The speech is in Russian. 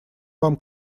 вам